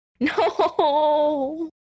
No